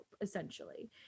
essentially